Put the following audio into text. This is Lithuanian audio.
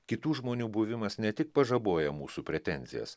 kitų žmonių buvimas ne tik pažaboja mūsų pretenzijas